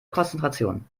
konzentration